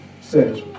says